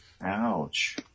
Ouch